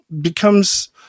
becomes